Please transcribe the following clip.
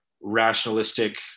rationalistic